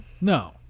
No